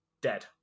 dead